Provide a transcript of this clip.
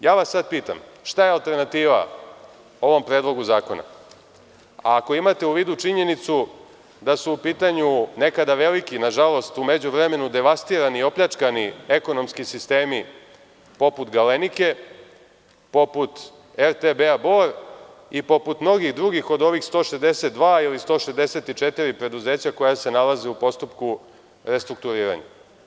Sada vas pitam – šta je alternativa ovom predlogu zakona, ako imate u vidu činjenicu da su u pitanju nekada veliki, nažalost, u međuvremenu devastirani, opljačkani ekonomski sistemi, poput „Galenike“, poput RTB „Bor“ i poput mnogih drugih od ovih 162 ili 164 preduzeća koja se nalaze u postupku restrukturiranja?